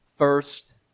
First